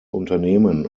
unternehmen